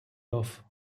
off